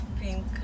pink